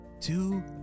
two